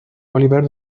oliver